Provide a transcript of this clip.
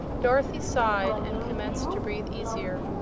dorothy sighed and commenced to breathe easier.